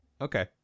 Okay